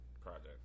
project